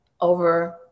over